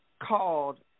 called